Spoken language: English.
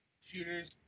shooters